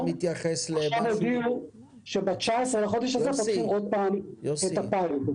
ועכשיו הודיעו שב-19 לחודש הזה פותחים עוד פעם את הפיילוט.